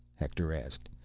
hector asked,